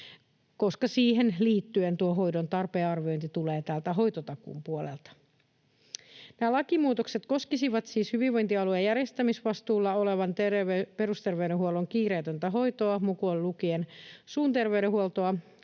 koska siihen liittyen tuo hoidon tarpeen arviointi tulee täältä hoitotakuun puolelta. Nämä lakimuutokset koskisivat siis hyvinvointialueen järjestämisvastuulla olevan perusterveydenhuollon kiireetöntä hoitoa mukaan lukien suun terveydenhuolto,